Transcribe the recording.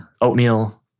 Oatmeal